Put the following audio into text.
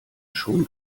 schon